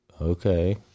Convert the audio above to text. Okay